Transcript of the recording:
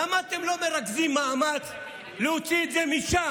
למה אתם לא מרכזים מאמץ להוציא את זה משם?